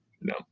No